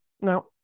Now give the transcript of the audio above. Now